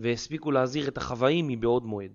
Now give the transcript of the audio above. והספיקו להזהיר את החוואים מבעוד מועד